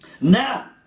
Now